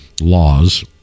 laws